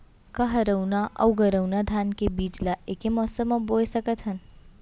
का हरहुना अऊ गरहुना धान के बीज ला ऐके मौसम मा बोए सकथन?